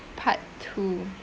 part two